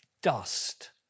dust